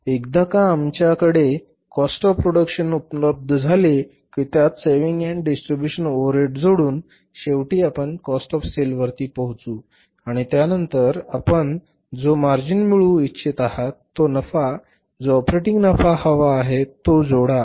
एकदा का आमच्याकडे कॉस्ट ऑफ प्रोडक्शन उपलब्ध झाले की त्यात सेविंग आणि डिस्ट्रीब्यूशन ओवरहेडस जोडून शेवटी आपण कॉस्ट ऑफ सेल वरती पोहोचू आणि त्यानंतर आपण जो मार्जिन मिळवू इच्छित आहात तो नफा जो ऑपरेटिंग नफा हवा आहे तो जोडा